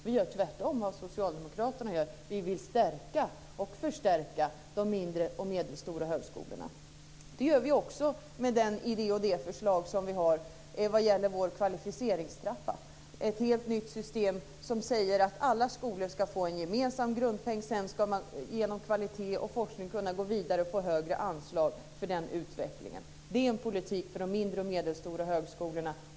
Vi gör tvärtemot vad socialdemokraterna gör. Vi vill stärka och förstärka de mindre och medelstora högskolorna. Det gör vi också med vår idé och det förslag vi har vad gäller en kvalificeringstrappa. Det är ett helt nytt system som säger att alla skolor ska få en gemensam grundpeng. Sedan ska man genom kvalitet och forskning kunna gå vidare och få högre anslag för den utvecklingen. Det är en politik för de mindre och medelstora högskolorna.